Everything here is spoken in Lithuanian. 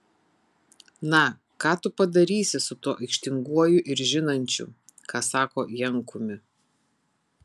na ką tu padarysi su tuo aikštinguoju ir žinančiu ką sako jankumi